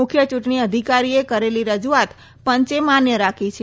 મુખ્ય ચૂંટણી અધિકારીએ કરેલી રજૂઆત પંચે માન્ય રાખી છે